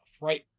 right